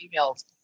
emails